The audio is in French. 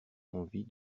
envie